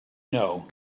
know